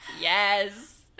Yes